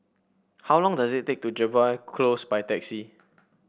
how long does it take to Jervois Close by taxi